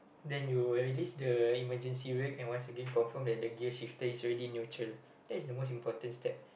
then you where release the emergency ring and once again confirm that the gear shift is already neutral that's the most important step